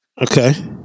Okay